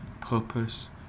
purpose